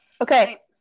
okay